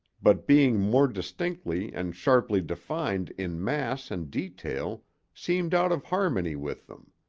but being more distinctly and sharply defined in mass and detail seemed out of harmony with them.